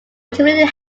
ultimately